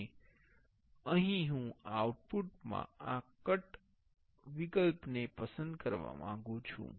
અને અહીં હું આઉટપુટ માં આ કટ પસંદ કરવા માંગું છું